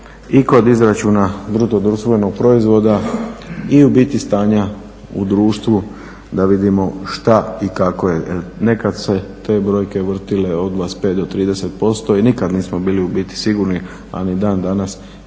i kod izračuna BDP-a i u biti stanja u društvu da vidimo što i kako je. Nekad su se te brojke vrtile odmah s 5 do 30% i nikad nismo bili u biti sigurni, a ni dan danas